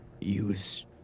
use